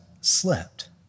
slept